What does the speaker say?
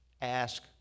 ask